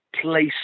place